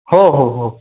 हो हो हो